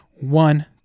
one